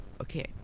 Okay